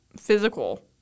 physical